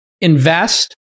invest